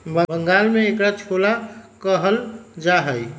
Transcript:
बंगाल में एकरा छोला कहल जाहई